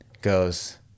goes